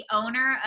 owner